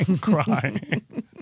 crying